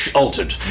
altered